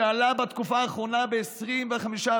שעלו בתקופה האחרונה ב-25%.